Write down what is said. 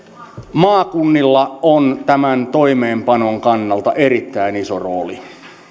maakunnilla on tämän toimeenpanon kannalta erittäin iso rooli